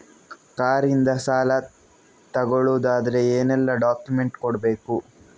Car ಇಂದ ಸಾಲ ತಗೊಳುದಾದ್ರೆ ಏನೆಲ್ಲ ಡಾಕ್ಯುಮೆಂಟ್ಸ್ ಕೊಡ್ಬೇಕು?